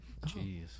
jeez